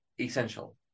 essential